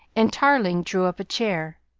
and tarling drew up a chair.